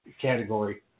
Category